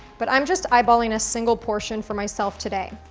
but i'm just eyeballing a single portion for myself today.